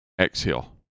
exhale